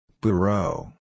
Bureau